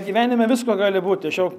gyvenime visko gali būti aš jau